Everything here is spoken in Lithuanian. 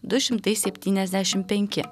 du šimtai septyniasdešim penki